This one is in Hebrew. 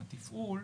התפעול,